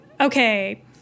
okay